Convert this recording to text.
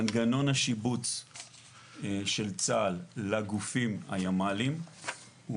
מנגנון השיבוץ של צה"ל לגופים הימ"לים הוא